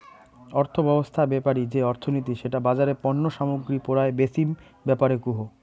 অর্থব্যবছস্থা বেপারি যে অর্থনীতি সেটা বাজারে পণ্য সামগ্রী পরায় বেচিম ব্যাপারে কুহ